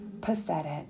pathetic